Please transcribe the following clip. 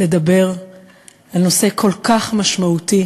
לדבר על נושא כל כך משמעותי